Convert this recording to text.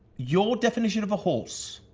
your definition of a horse?